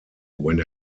when